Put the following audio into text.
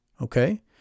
okay